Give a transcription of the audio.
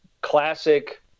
classic